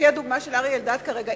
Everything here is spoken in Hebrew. לפי הדוגמה של אריה אלדד כרגע,